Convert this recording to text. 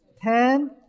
Ten